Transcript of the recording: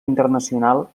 internacional